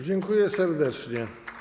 Dziękuję serdecznie.